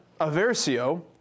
aversio